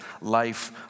life